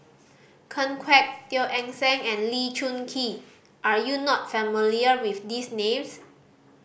Ken Kwek Teo Eng Seng and Lee Choon Kee are you not familiar with these names